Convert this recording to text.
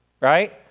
Right